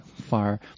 far